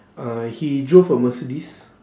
uh he drove a mercedes